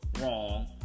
wrong